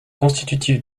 constitutifs